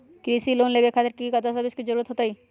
कृषि लोन लेबे खातिर की की दस्तावेज के जरूरत होतई?